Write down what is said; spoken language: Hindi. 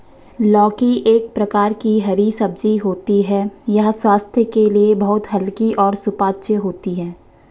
लौकी एक प्रकार की हरी सब्जी होती है यह स्वास्थ्य के लिए बहुत हल्की और सुपाच्य होती है